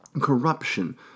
corruption